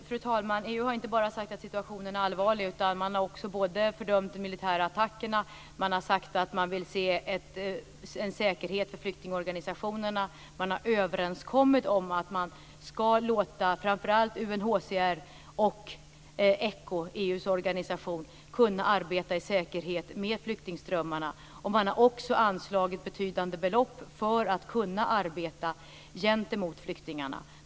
Fru talman! EU har inte bara sagt att situationen är allvarlig. Man har också fördömt de militära attackerna. Man har sagt att man vill se en säkerhet för flyktingorganisationerna. Man har överenskommit om att framför allt UNHCR och ECHO, EU:s organisation, ska kunna arbeta i säkerhet med flyktingströmmarna. Man har också anslagit betydande belopp för att kunna arbeta gentemot flyktingarna.